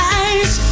eyes